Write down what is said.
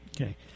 Okay